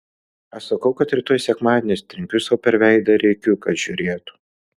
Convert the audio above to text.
aš sakau kad rytoj sekmadienis trenkiu sau per veidą ir rėkiu kad žiūrėtų